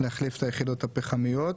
להחליף את היחידות הפחמיות.